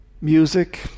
Music